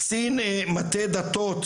קצין מטה דתות,